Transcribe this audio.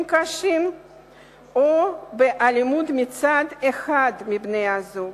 קשים או באלימות מצד אחד מבני הזוג,